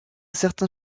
certain